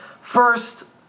First